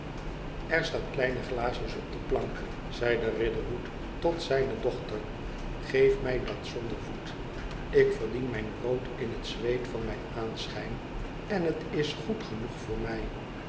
r staan kleine glaasjes op de plank zeide riderhood tot zijne dochter geef mij dat zonder voet ik verdien mijn brood in het zweet van mijn aanschijn en het is goed genoeg voor my